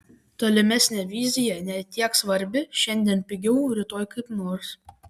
tolimesnė vizija ne tiek svarbi šiandien pigiau rytoj kaip nors